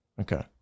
Okay